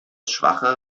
schwache